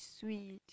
sweet